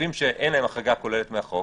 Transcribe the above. גופים שאין להם החרגה כוללת מהחוק,